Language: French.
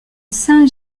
saint